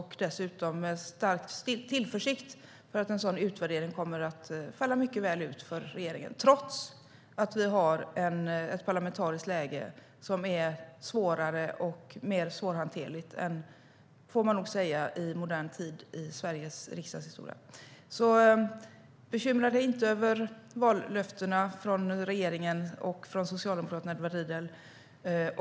Jag ser dessutom med stark tillförsikt fram emot att en sådan utvärdering kommer att falla mycket väl ut för regeringen, trots att vi har ett parlamentariskt läge som man nog får anse som det svåraste och mest svårhanterliga i Sveriges moderna riksdagshistoria. Bekymra dig inte över vallöftena från regeringspartierna, Edward Riedl!